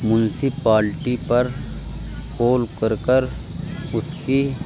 municipality پر phone کر کر اس کی